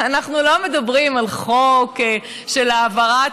אנחנו לא מדברים על חוק רגיל של העברת